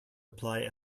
apply